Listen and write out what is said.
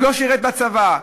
הוא לא שירת בצבא,